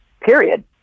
period